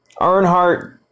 Earnhardt